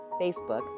Facebook